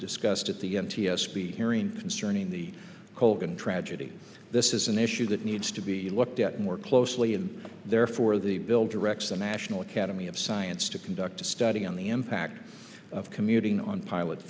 discussed at the n t s b hearing concerning the colgan tragedy this is an issue that needs to be looked at more closely and therefore the bill directs the national academy of science to conduct a study on the impact of commuting on pilot